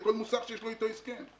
לכל מוסך שיש לו אתו הסכם.